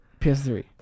PS3